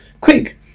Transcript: Quick